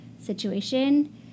situation